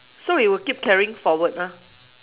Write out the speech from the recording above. so we will keep carrying forward ah